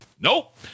Nope